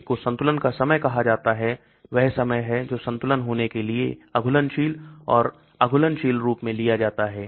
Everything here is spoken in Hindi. एक को संतुलन का समय कहा जाता है वह समय है जो संतुलित होने के लिए घुलनशील और अघुलनशील रूप में लिया जाता है